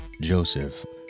joseph